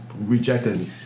rejected